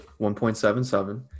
1.77